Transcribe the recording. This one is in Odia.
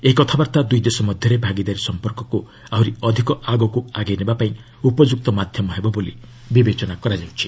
ଏହି କଥାବାର୍ତ୍ତା ଦୂଇ ଦେଶ ମଧ୍ୟରେ ଭାଗିଦାରୀ ସମ୍ପର୍କକୁ ଆହୁରି ଅଧିକ ଆଗକୁ ଆଗେଇ ନେବାପାଇଁ ଉପଯୁକ୍ତ ମାଧ୍ୟମ ହେବ ବୋଲି ବିବେଚନା କରାଯାଉଛି